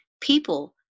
people